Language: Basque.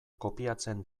kopiatzen